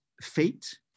fate